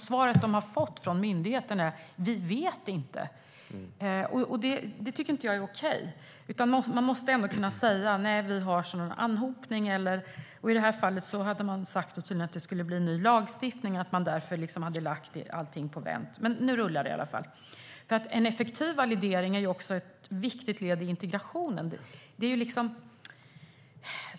Svaret från myndigheten är att man inte vet. Det är inte okej. Myndigheten måste ändå kunna svara att det beror på en anhopning av ärenden. I det här fallet hade man sagt att det berodde på att det skulle komma en ny lagstiftning, och då lades ärenden på vänt. Men nu rullar det i alla fall. En effektiv validering är ett viktigt led i integrationen.